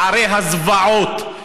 נערי הזוועות,